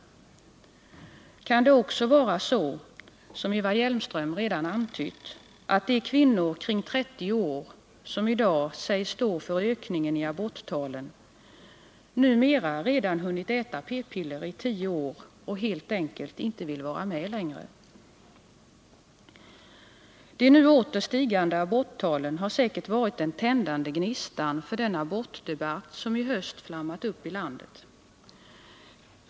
Kan det också vara så, som Eva Hjelmström redan antytt, att de kvinnor i åldrar omkring 30 år som i dag sägs stå för ökningen i aborttalen, numera redan hunnit äta p-piller i tio år och helt enkelt inte vill vara med längre? De nu åter stigande aborttalen har säkerligen varit den tändande gnistan för den abortdebatt som i höst flammat upp i landet.